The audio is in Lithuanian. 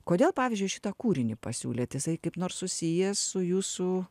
kodėl pavyzdžiui šitą kūrinį pasiūlėt jisai kaip nors susijęs su jūsų